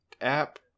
app